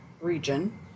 region